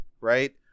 right